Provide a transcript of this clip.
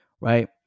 right